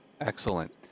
excellent